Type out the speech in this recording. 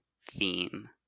theme